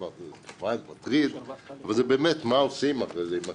מה עושים אחרי זה עם הכסף.